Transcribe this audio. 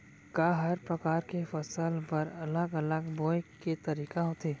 का हर प्रकार के फसल बर अलग अलग बोये के तरीका होथे?